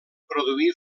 produir